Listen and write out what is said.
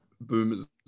boomers